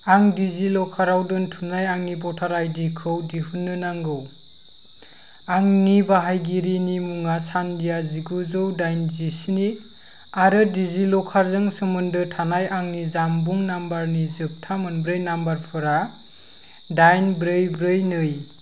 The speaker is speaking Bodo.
आं डिजिलकाराव दोनथुमनाय आंनि भटार आइडि खौ दिहुन्नो नांगौ आंनि बाहायगिरिनि मुङा सान्ध्या जिगुजौ दाइनजिस्नि आरो डिजिलकारजों सोमोन्दो थानाय आंनि जानबुं नाम्बारनि जोबथा मोनब्रै नाम्बारफोरा दाइन ब्रै ब्रै नै